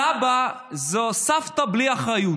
סבא זה סבתא בלי אחריות.